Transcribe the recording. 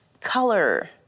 color